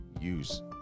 use